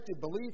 belief